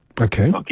Okay